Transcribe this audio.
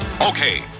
Okay